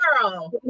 girl